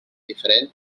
diferent